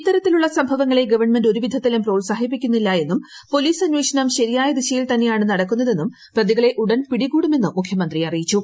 ഇത്തരത്തിലുള്ള സംഭവങ്ങളെ ഗവൺമെന്റ് ഒരു വിധത്തിലും പ്രോത്സാഹിപ്പിക്കുന്നില്ല എന്നും പോലീസ് അന്വേഷണം ശരിയായ ദിശയിൽ തന്നെയാണ് നടക്കുന്നതെന്നും പ്രതികളെ ഉടൻ പിടികൂടുമെന്നും മുഖ്യമന്ത്രി അറിയിച്ചു